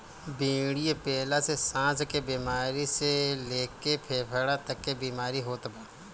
बीड़ी पियला से साँस के बेमारी से लेके फेफड़ा तक के बीमारी होत बा